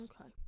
okay